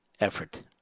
effort